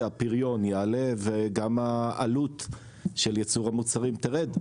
הפריון יעלה וגם העלות של ייצור המוצרים תרד.